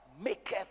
maketh